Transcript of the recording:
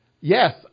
Yes